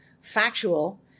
factual